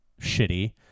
shitty